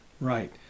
right